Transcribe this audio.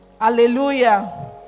Hallelujah